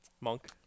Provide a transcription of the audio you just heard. Monk